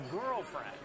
girlfriend